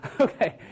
Okay